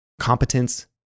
competence